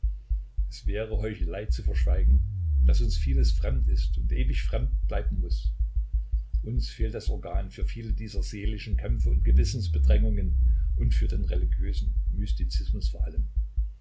es wäre heuchelei zu verschweigen daß uns vieles fremd ist und ewig fremd bleiben muß uns fehlt das organ für viele dieser seelischen kämpfe und gewissensbedrängungen und für den religiösen mystizismus